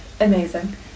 Amazing